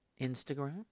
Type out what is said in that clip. Instagram